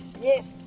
Yes